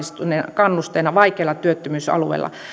kannusteena vaikeilla työttömyysalueilla